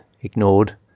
ignored